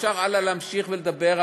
אפשר הלאה להמשיך ולדבר,